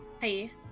Hey